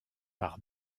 par